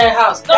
house